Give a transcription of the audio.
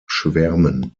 schwärmen